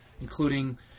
including